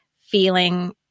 feeling